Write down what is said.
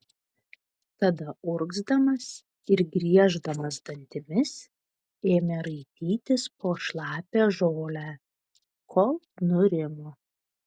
tada urgzdamas ir grieždamas dantimis ėmė raitytis po šlapią žolę kol nurimo